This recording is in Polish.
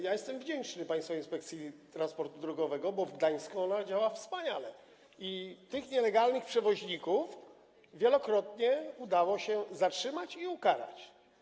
Jestem wdzięczny państwowej Inspekcji Transportu Drogowego, bo w Gdańsku ona działa wspaniale i nielegalnych przewoźników wielokrotnie udało się zatrzymać i ukarać.